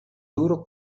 duro